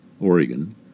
Oregon